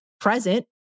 present